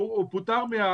הוא פוטר או